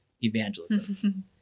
evangelism